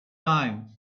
time